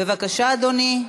בבקשה, אדוני,